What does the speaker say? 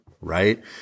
right